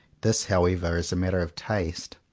this how ever is a matter of taste.